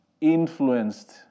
influenced